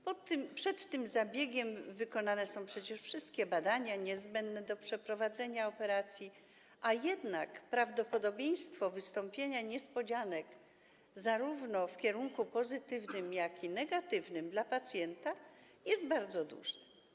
Przed tym zabiegiem wykonane są przecież wszystkie badania niezbędne do przeprowadzenia operacji, a jednak prawdopodobieństwo wystąpienia niespodzianek w kierunku zarówno pozytywnym, jak i negatywnym dla pacjenta jest bardzo duże.